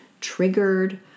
triggered